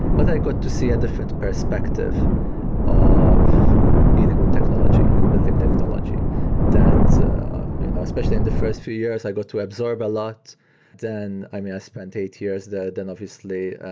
but i got to see a different perspective of dealing with technology and building technology that especially in the first few years, i got to absorb a lot then i mean, i spent eight years there. then obviously,